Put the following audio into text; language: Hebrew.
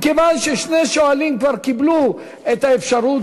כיוון ששני שואלים כבר קיבלו את האפשרות,